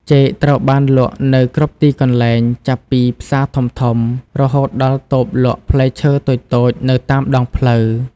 ចេកត្រូវបានលក់នៅគ្រប់ទីកន្លែង ចាប់ពីផ្សារធំៗ រហូតដល់តូបលក់ផ្លែឈើតូចៗនៅតាមដងផ្លូវ។